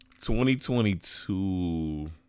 2022